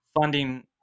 funding